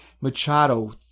Machado